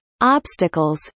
obstacles